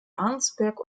arnsberg